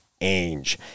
Ainge